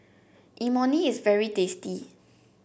Imoni is very tasty